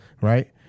right